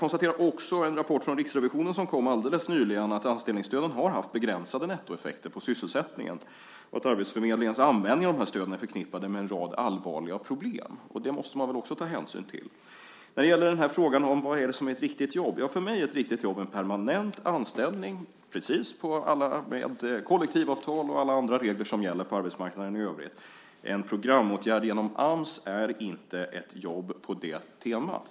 Utifrån en rapport från Riksrevisionen som kom alldeles nyligen kan jag konstatera att anställningsstöden haft begränsade nettoeffekter på sysselsättningen och att arbetsförmedlingens användning av de här stöden är förknippade med en rad allvarliga problem. Också det måste man väl ta hänsyn till. Sedan har vi frågan om vad som är ett riktigt jobb. För mig är ett riktigt jobb en permanent anställning, med kollektivavtal och alla andra regler som gäller på arbetsmarknaden i övrigt. En programåtgärd genom Ams är inte ett jobb på det temat.